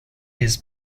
his